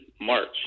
March